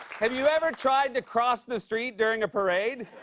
have you ever tried to cross the street during a parade?